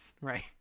Right